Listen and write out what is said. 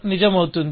నిజం అవుతుంది